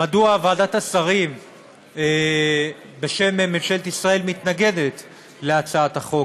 מדוע ועדת השרים בשם ממשלת ישראל מתנגדת להצעת החוק.